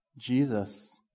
Jesus